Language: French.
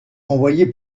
envoyé